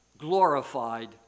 glorified